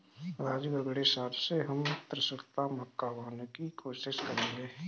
राजू अगले साल से हम त्रिशुलता मक्का उगाने की कोशिश करेंगे